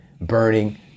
burning